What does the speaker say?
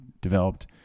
developed